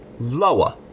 lower